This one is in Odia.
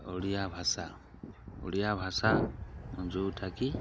ଓଡ଼ିଆ ଭାଷା ଓଡ଼ିଆ ଭାଷା ଯେଉଁଠାକି